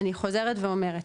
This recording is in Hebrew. אז אני חוזרת ואומרת,